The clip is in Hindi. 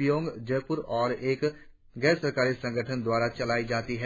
पियोंग जयपुर और एक गैर सरकारी संगठन द्वारा चलाई जाती है